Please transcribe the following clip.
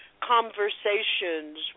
conversations